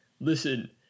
listen